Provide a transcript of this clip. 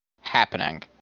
happening